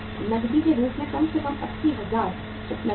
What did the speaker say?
नकदी के रूप में कम से कम 80000 उपलब्ध है